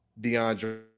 DeAndre